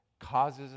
causes